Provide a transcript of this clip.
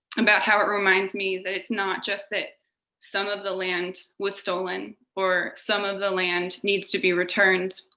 about how it reminds me that it's not just that some of the land was stolen, or some of the land needs to be returned,